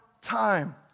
time